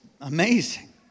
amazing